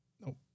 No